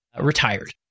retired